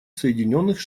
соединенных